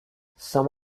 some